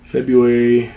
February